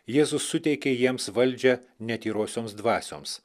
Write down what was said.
jėzus suteikė jiems valdžią netyrosioms dvasioms